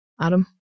Adam